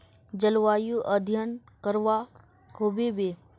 जलवायु अध्यन करवा होबे बे?